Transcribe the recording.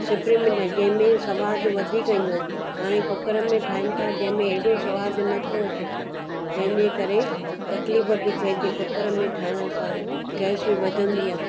सिपड़िनि में जंहिंमें सवादु वधीक ईंदो हाणे कुकरनि में ठाहिन था जंहिंमें हेॾो सवादु नथो अचे जंहिंजे करे तकलीफ़ बि थिए थी कूकर में ठहण सां गैस बि वधंदी आहे